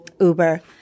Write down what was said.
Uber